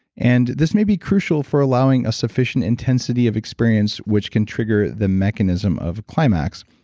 and this may be crucial for allowing sufficient intensity of experience, which can trigger the mechanism of climax.